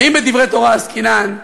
ואם בדברי תורה עסקינן,